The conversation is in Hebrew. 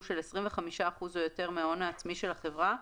של 25% או יותר מההון העצמי של החברה,